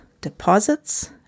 deposits